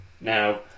Now